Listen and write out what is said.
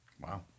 Wow